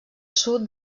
sud